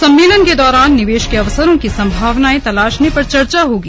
सम्मेलन के दौरान निवेश के अवसरों की संभावनाएं तलाशने पर चर्चा होगी